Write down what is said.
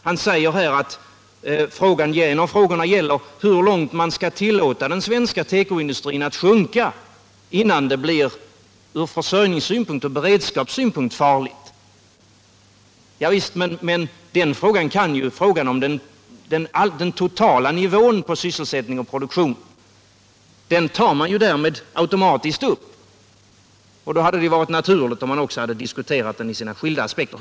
Han säger att frågan gäller hur långt man skall tillåta den svenska tekoindustrin att sjunka, innan det blir ur försörjningssynpunkt och beredskapssynpunkt farligt. Javisst, men frågan om den totala nivån på sysselsättning och produktion tar man ju därmed automatiskt upp. Då hade det varit naturligt att också diskutera den ur dess skilda aspekter.